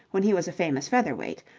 when he was a famous featherweight,